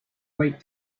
wait